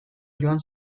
joan